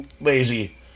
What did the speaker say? lazy